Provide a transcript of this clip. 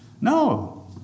No